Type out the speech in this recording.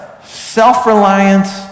Self-reliance